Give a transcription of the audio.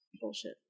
bullshit